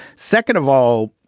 second of all,